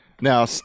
Now